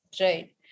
right